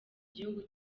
gihugu